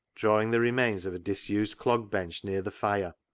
drawing the remains of a disused clog-bench near the fire,